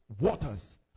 waters